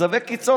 במצבי קיצון.